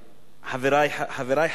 אדוני היושב-ראש, כבוד השרה, חברי חברי הכנסת,